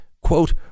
quote